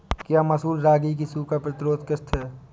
क्या मसूर रागी की सूखा प्रतिरोध किश्त है?